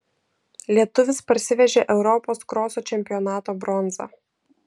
lietuvis parsivežė europos kroso čempionato bronzą